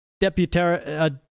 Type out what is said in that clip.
deputy